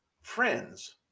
friends